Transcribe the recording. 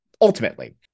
Ultimately